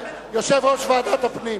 יושב-ראש ועדת הפנים.